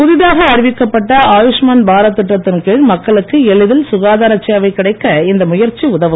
புதிதாக அறிவிக்கப்பட்ட ஆயூஸ்மான் பாரத் திட்டத்தின் கீழ் மக்களுக்கு எளிதில் சுகாதார சேவை கிடைக்க இந்த முயற்சி உதவும்